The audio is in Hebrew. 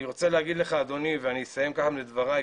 אני רוצה להגיד לך, אדוני, ובכך אסיים את דבריי: